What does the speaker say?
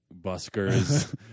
buskers